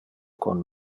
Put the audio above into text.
con